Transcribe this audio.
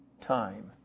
time